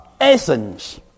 essence